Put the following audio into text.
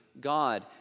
God